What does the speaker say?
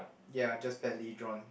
ya just badly drawn